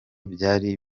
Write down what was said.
byari